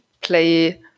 play